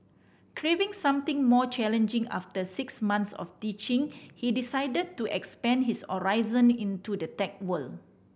craving something more challenging after six months of teaching he decided to expand his horizon into the tech world